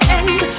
end